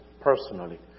personally